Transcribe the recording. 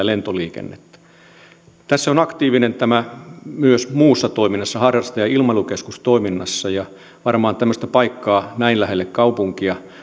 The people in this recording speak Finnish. lentoliikennettä tämä on aktiivinen myös muussa toiminnassa harrastajailmailukeskustoiminnassa ja varmaan tämmöistä paikkaa näin lähelle kaupunkia